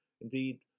Indeed